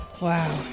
Wow